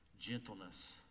gentleness